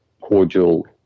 cordial